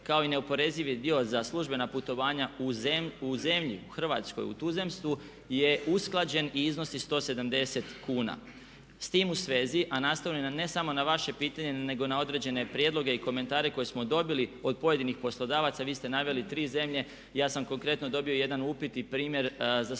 kao i neoporezivi dio za službena putovanja u zemlji, u Hrvatskoj, u tuzemstvu je usklađen i iznosi 170 kuna. S time u svezi a nastavljam ne samo na vaše pitanje, nego na određene prijedloge i komentare koje smo dobili od pojedinih poslodavaca vi ste naveli tri zemlje. Ja sam konkretno dobio jedan upit i primjer za slučaj